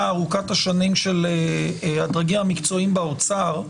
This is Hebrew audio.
ארוכת השנים של הדרגים המקצועיים באוצר,